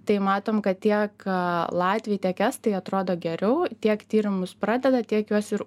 tai matom kad tie ką latviai tiek estai atrodo geriau tiek tyrimus pradeda tiek juos ir